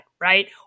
Right